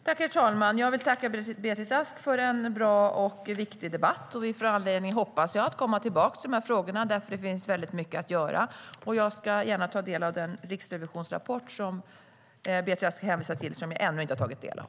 Herr talman! Jag vill tacka Beatrice Ask för en bra och viktig debatt. Jag hoppas att vi får anledning att komma tillbaka till de här frågorna, för det finns mycket att göra. Jag ska gärna ta del av den riksrevisionsrapport som Beatrice Ask hänvisar till, som jag ännu inte har tagit del av.